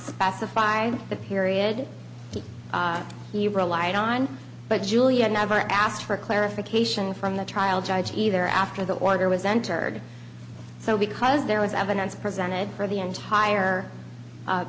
specify the period he relied on but julian never asked for clarification from the trial judge either after the order was entered so because there was evidence presented for the entire